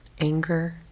anger